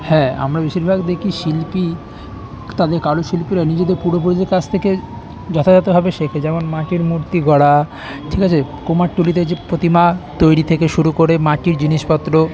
হ্যাঁ আমরা বেশিরভাগ দেখি শিল্পী তাদের কারুশিল্পীরা নিজেদের পূর্বপুরুষদের কাছ থেকে যথাযথভাবে শেখে যেমন মাটির মূর্তি গড়া ঠিক আছে কুমারটুলিতে যে প্রতিমা তৈরি থেকে শুরু করে মাটির জিনিসপত্র